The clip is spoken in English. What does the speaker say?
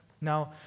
Now